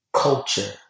Culture